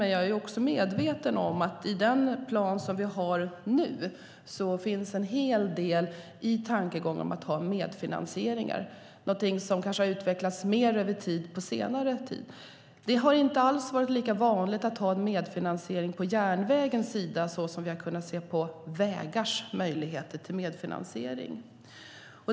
Men jag är medveten om att det i den plan som vi har nu finns en hel del tankegångar om att ha medfinansiering, något som kanske har utvecklats mer över tid på senare tid. Det har inte alls varit lika vanligt att ha medfinansiering på järnvägens sida, så som vi har kunnat se i fråga om möjligheten till medfinansiering för vägar.